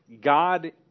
God